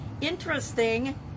interesting